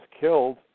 killed